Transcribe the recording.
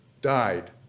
died